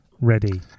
Ready